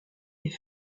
est